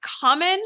common